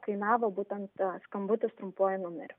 kainavo būtent tas skambutis trumpuoju numeriu